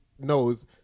knows